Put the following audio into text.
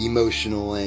Emotional